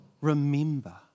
remember